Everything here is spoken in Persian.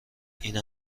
این